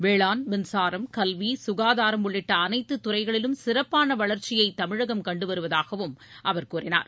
வேளாண் மின்சாரம் கல்வி சுகாதாரம் உள்ளிட்ட அனைத்து துறைகளிலும் சிறப்பான வளர்ச்சியை தமிழகம் கண்டு வருவதாகவும் அவர் கூறினார்